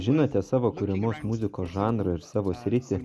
žinote savo kuriamos muzikos žanrą ir savo sritį